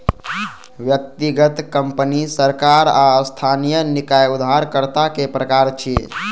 व्यक्तिगत, कंपनी, सरकार आ स्थानीय निकाय उधारकर्ता के प्रकार छियै